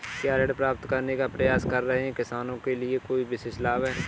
क्या ऋण प्राप्त करने का प्रयास कर रहे किसानों के लिए कोई विशेष लाभ हैं?